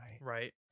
right